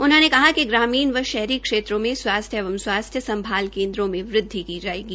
उन्होंने कहा कि ग्रामीण व शहरी क्षेत्रों में स्वास्थ्य एवं स्वास्थ्य संभाल केन्द्रों में वृद्वि की जायेगी